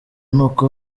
nuko